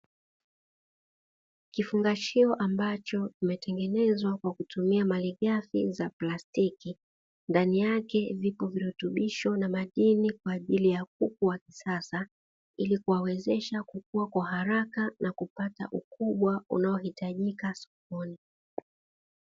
Kifungashio ambacho kimetengenezwa kwa kutumia malighafi za plastiki, ndani yake vipo virutubisho na madini kwa ajili ya kuku wa kisasa. Ili kuwawezesha kukuwa kwa haraka na kupata ukubwa unaohitajika sokoni.